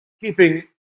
keeping